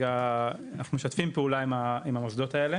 אנחנו משתפים פעולה עם המוסדות האלה